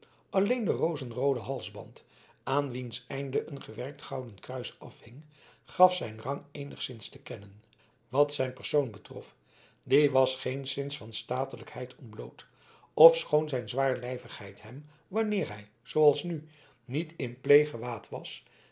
alleen de rozenroode halsband aan wiens einde een gewerkt gouden kruis afhing gaf zijn rang eenigszins te kennen wat zijn persoon betrof die was geenszins van statelijkheid ontbloot ofschoon zijn zwaarlijvigheid hem wanneer hij zooals nu niet in pleeggewaad was